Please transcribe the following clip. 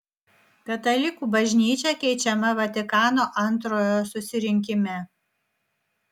katalikų bažnyčia keičiama vatikano ii susirinkime